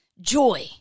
Joy